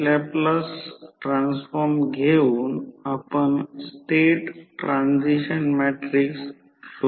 तर प्रॅक्टिकल ट्रान्सफॉर्मरसाठी हे नो लोड फेझर आकृती आहे